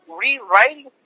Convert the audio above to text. rewriting